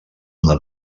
una